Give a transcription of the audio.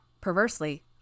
Perversely